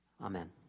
Amen